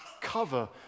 cover